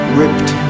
ripped